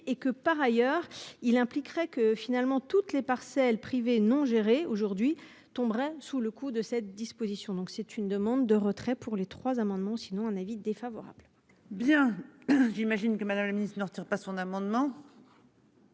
et que par ailleurs il impliquerait que finalement toutes les parcelles privées non géré aujourd'hui tomberait sous le coup de cette disposition. Donc c'est une demande de retrait pour les trois amendements sinon un avis défavorable. Bien j'imagine que Madame la Ministre ne retire pas son amendement.